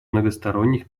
многосторонних